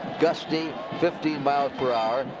gusting fifteen miles per hour.